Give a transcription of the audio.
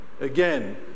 Again